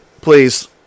please